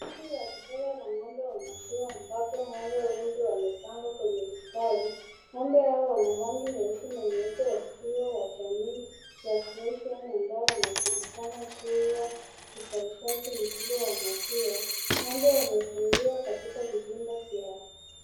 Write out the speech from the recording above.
Zizi la kisawa la ng'ombe wa maziwa ambapo ng'ombe wengi wamepanga kwenye mistari, ng'ombe hao wana rangi nyeusi na nyeupe wakiwa wajamii ya friesian ambao wana julikana kuwa uzalishaji mkubwa wa maziwa, ng'ombe wamefungiwa katika vizimba vyao.